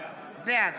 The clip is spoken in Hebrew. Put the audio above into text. בעד